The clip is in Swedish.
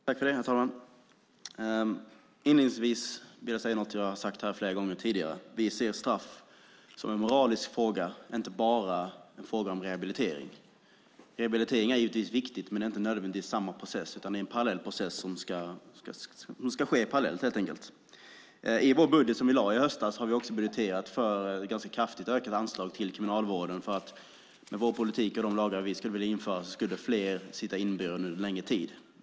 Herr talman! Inledningsvis vill jag säga något som jag har sagt här flera gånger tidigare. Vi ser straff som en moralisk fråga, inte bara en fråga om rehabilitering. Rehabilitering är givetvis viktig, men inte nödvändigtvis i samma process. Den ska helt enkelt ske parallellt. I den budget som vi lade fram i höstas har vi också budgeterat för ganska kraftigt ökade anslag till Kriminalvården, därför att med vår politik och de lagar vi skulle vilja införa skulle fler sitta inburade under längre tid.